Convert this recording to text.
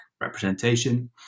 representation